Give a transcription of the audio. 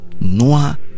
noah